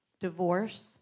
divorce